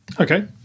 Okay